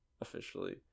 officially